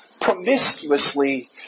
promiscuously